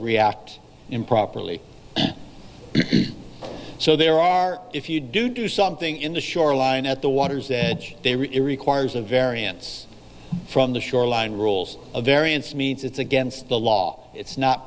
react improperly and so there are if you do do something in the shoreline at the water's edge they really requires a variance from the shoreline rules a variance means it's against the law it's not